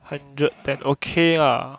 hundred ten okay lah